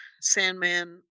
Sandman